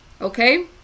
okay